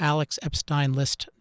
AlexEpsteinList